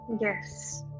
yes